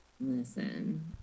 Listen